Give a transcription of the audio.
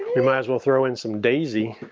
you might as well throw in some daisy,